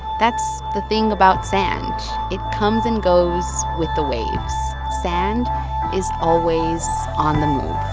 that's the thing about sand. it comes and goes with the waves. sand is always on the move